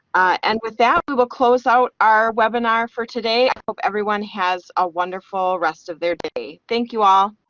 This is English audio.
and with that we will close out our webinar for today. hope everyone has a wonderful rest of their day. thank you all!